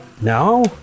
No